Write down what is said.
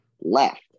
left